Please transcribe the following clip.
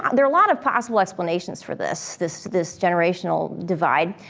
and there are a lot of possible explanations for this, this this generational divide.